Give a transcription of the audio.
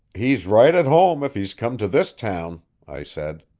he's right at home if he's come to this town, i said.